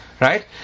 Right